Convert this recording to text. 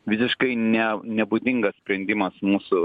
visiškai ne nebūdingas sprendimas mūsų